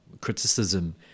criticism